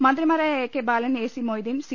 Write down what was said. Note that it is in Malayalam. മന്ത്രിമാരായ A K Balan AC Moideen C